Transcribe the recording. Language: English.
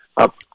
up